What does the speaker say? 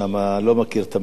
לא מכיר את המאטריה.